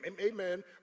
amen